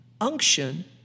unction